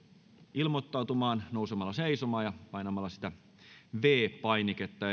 ilmoittautumaan nousemalla seisomaan ja painamalla viides painiketta